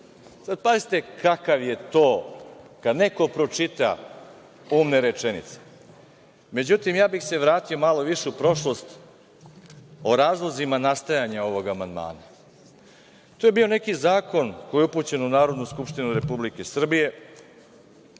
Pazite, kakav je to, kad neko pročita pomne rečenice.Međutim, ja bih se vratio malo više u prošlost, o razlozima nastojanja ovog amandmana. To je bio neki zakon, koji je bio upućen u Narodnu skupštinu Republike Srbije,